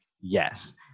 Yes